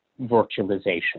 virtualization